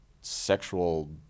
sexual